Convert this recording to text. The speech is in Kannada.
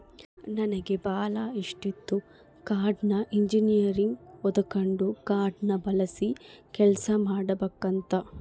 ನನಗೆ ಬಾಳ ಇಷ್ಟಿತ್ತು ಕಾಡ್ನ ಇಂಜಿನಿಯರಿಂಗ್ ಓದಕಂಡು ಕಾಡ್ನ ಬೆಳಸ ಕೆಲ್ಸ ಮಾಡಬಕಂತ